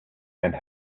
and